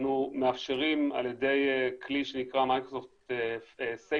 אנחנו מאפשרים על ידי כלי שנקרא Microsoft family safety,